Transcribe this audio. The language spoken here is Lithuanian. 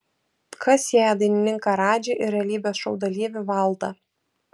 kas sieja dainininką radžį ir realybės šou dalyvį valdą